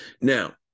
Now